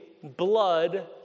blood